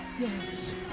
Yes